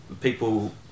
people